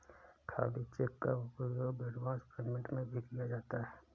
खाली चेक का उपयोग एडवांस पेमेंट में भी किया जाता है